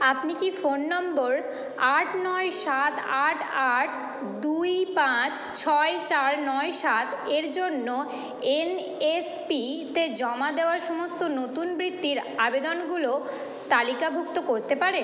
আপনি কি phone number আট নয় সাত আট আট দুই পাঁচ ছয় চার নয় সাতের জন্য এনএসপিতে জমা দেওয়ার সমস্ত নতুন বৃত্তির আবেদনগুলো তালিকাভুক্ত করতে পারেন